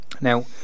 Now